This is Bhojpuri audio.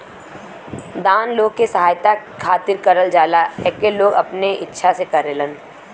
दान लोग के सहायता खातिर करल जाला एके लोग अपने इच्छा से करेलन